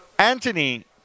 Anthony